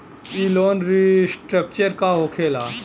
ई loan restructure का होखे ला?